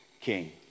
king